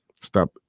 stop